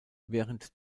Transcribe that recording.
während